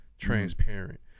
transparent